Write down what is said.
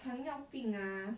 糖尿病啊